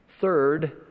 Third